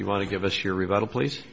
you want to give us your rebuttal pl